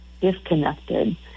disconnected